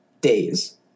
days